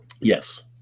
yes